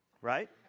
Right